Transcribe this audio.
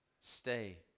Stay